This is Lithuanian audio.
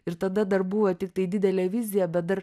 ir tada dar buvo tiktai didelė vizija bet dar